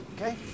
Okay